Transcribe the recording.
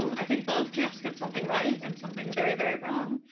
i think both camps get something right and something very, very wrong.